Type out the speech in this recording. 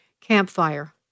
campfire